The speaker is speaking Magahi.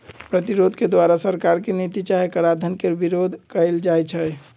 प्रतिरोध के द्वारा सरकार के नीति चाहे कराधान के विरोध कएल जाइ छइ